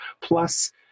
Plus